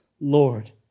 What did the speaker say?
Lord